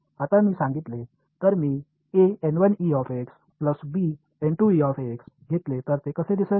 आता मी सांगितले तर मी घेतले तर हे कसे दिसेल